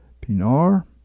Pinar